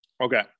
Okay